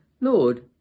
Lord